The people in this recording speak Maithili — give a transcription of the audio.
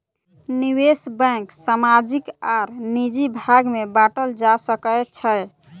निवेश बैंक सामाजिक आर निजी भाग में बाटल जा सकै छै